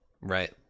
Right